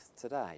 today